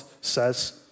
says